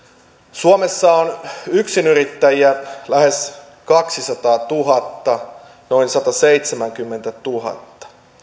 suomessa on yksinyrittäjiä lähes kaksisataatuhatta noin sataseitsemänkymmentätuhatta